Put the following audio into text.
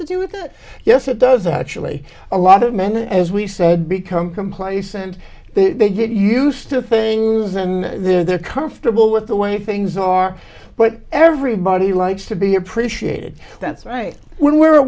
to do with it yes it does actually a lot of men as we said become complacent they didn't used to thing isn't they're comfortable with the way things are but everybody likes to be appreciated that's right when we're at